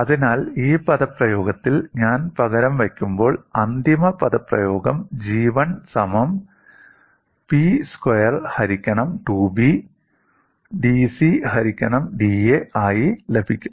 അതിനാൽ ഈ പദപ്രയോഗത്തിൽ ഞാൻ പകരം വയ്ക്കുമ്പോൾ അന്തിമ പദപ്രയോഗം G1 സമം 'P സ്ക്വയർ ഹരിക്കണം 2B' 'dC ഹരിക്കണം dA' ആയി ലഭിക്കും